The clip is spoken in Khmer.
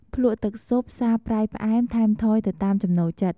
ភ្លក្សទឹកស៊ុប សាបប្រៃផ្អែម ថែមថយទៅតាមចំណូលចិត្ត។